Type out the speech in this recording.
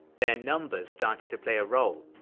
their numbers started to play role.